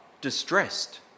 distressed